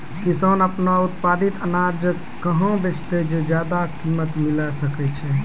किसान आपनो उत्पादित अनाज कहाँ बेचतै जे ज्यादा कीमत मिलैल सकै छै?